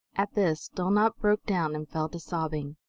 at this dulnop broke down, and fell to sobbing.